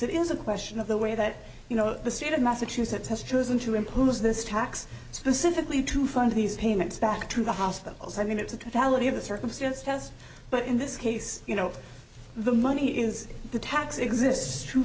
it is a question of the way that you know the state of massachusetts has chosen to impose this tax specifically to fund these payments back to the hospitals i mean it's a fallacy of the circumstance does but in this case you know the money is the tax exists t